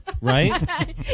Right